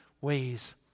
ways